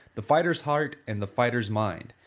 the fighter's heart and the fighter's mind.